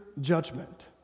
judgment